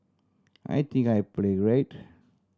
I think I played great